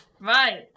Right